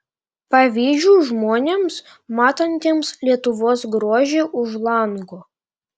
pavydžiu žmonėms matantiems lietuvos grožį už lango